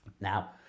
Now